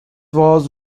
was